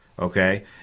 Okay